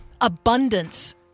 abundance